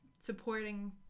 supporting